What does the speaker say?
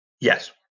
Yes